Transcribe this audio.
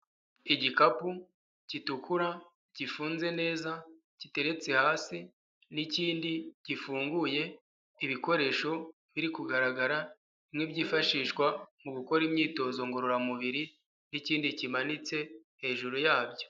Igikapu gitukura gifunze neza giteretse hasi n'ikindi gifunguye ibikoresho biri kugaragara nk'ibyifashishwa mu gukora imyitozo ngororamubiri n'ikindi kimanitse hejuru yabyo.